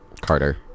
Carter